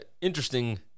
Interesting